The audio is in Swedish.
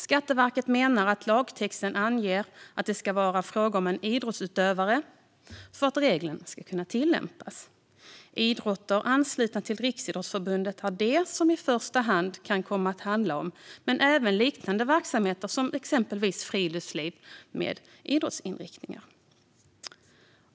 Skatteverket menar att lagtexten anger att det ska vara fråga om idrottsutövare för att regeln ska kunna tillämpas. Idrotter anslutna till Riksidrottsförbundet är de som det i första hand kan komma att handla om, men även liknande verksamheter som exempelvis friluftsliv med idrottsinriktning.